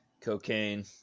Cocaine